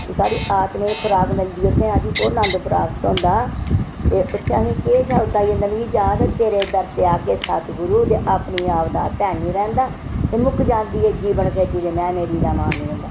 साढ़ी आत्मा गी खुराक मिलदी ऐ उत्थै असेंगी ओह् नन्द प्राप्त हुंदा ते उत्थै अहें केह शब्द आई जंदा मिगी याद ऐ तेरे दर ते आ के सतगुरू अपने आप दा ध्यान नी रैंह्दा ते मुक्क जांदी ऐ जीवन खेती ते मैं मेरी दा मान नी रैंह्दा